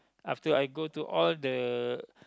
after I go to all the